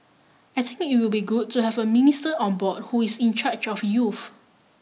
I think it will be good to have a minister on board who is in charge of youth